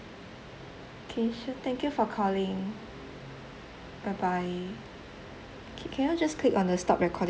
okay sure thank you for calling bye bye can can you just click on the stop recording